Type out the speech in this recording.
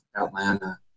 Atlanta